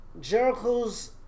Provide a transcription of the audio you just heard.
Jericho's